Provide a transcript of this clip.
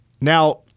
Now